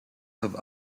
from